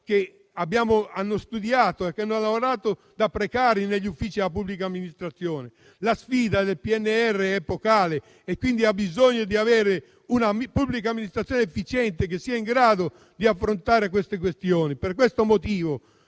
che hanno studiato e che hanno lavorato da precari negli uffici della pubblica amministrazione. La sfida del PNRR è epocale e richiede una pubblica amministrazione efficiente, in grado di affrontare tali questioni. Per questo motivo